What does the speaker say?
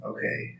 Okay